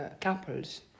couples